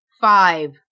Five